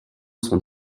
sont